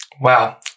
Wow